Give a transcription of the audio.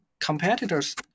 competitors